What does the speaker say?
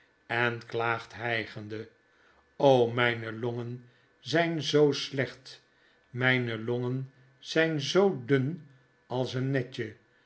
en klaagt hijgende o mijne longen zijn zoo slecbt mijne longen zijn zoo dun als een